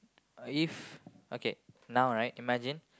if okay now right imagine